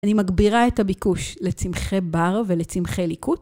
אני מגבירה את הביקוש לצמחי בר ולצמחי ליקוט.